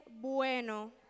bueno